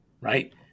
right